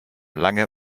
lange